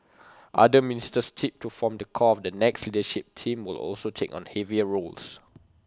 other ministers tipped to form the core of the next leadership team will also take on heavier roles